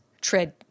tread